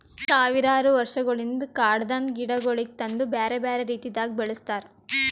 ಸಾವಿರಾರು ವರ್ಷಗೊಳಿಂದ್ ಕಾಡದಾಂದ್ ಗಿಡಗೊಳಿಗ್ ತಂದು ಬ್ಯಾರೆ ಬ್ಯಾರೆ ರೀತಿದಾಗ್ ಬೆಳಸ್ತಾರ್